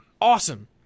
awesome